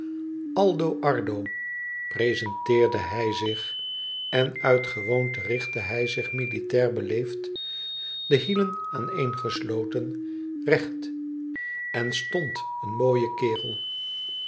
aldo ardo prezenteerde hij zich en uit gewoonte richtte hij zich militair beleefd de hielen aan een gesloten recht en stond een mooie kerel